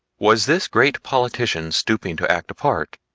was this great politician stooping to act a part,